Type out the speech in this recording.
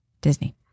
Disney